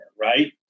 right